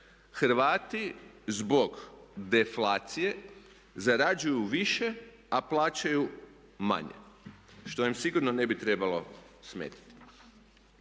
Hrvati zbog deflacije zarađuju više, a plaćaju manje. Što im sigurno ne bi trebalo smetati.